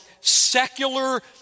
secular